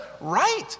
Right